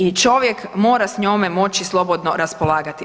I čovjek mora s njome moći slobodno raspolagati.